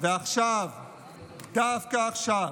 ודווקא עכשיו,